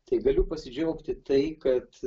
tai galiu pasidžiaugti tai kad